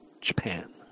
Japan